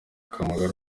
akamaro